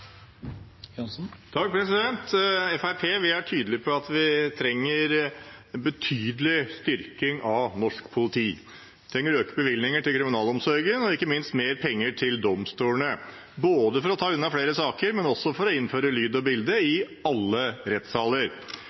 på at vi trenger en betydelig styrking av norsk politi. Vi trenger økte bevilgninger til kriminalomsorgen og ikke minst mer penger til domstolene, både for å ta unna flere saker og også for å innføre lyd og bilde i alle rettssaler.